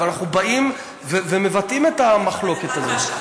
אבל אנחנו באים ומבטאים את המחלוקת הזאת.